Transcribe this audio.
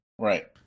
Right